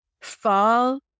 fall